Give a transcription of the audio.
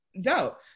dope